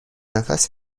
نفس